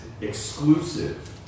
exclusive